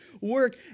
work